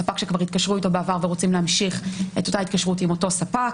ספק שכבר התקשרו איתו בעבר ורוצים להמשיך את אותה התקשרות עם אותו ספק.